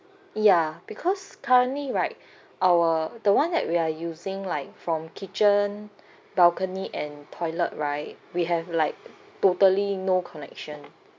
ya because currently right our the one that we are using like from kitchen balcony and toilet right we have like totally no connection